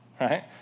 right